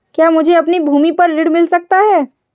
क्या मुझे अपनी भूमि पर ऋण मिल सकता है?